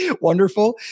wonderful